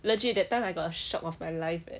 legit that time I got a shock of my life eh